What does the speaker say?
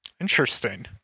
Interesting